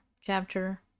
chapter